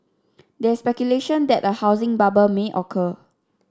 there is speculation that a housing bubble may occur